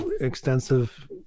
extensive